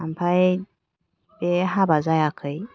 ओमफ्राय बे हाबा जायाखै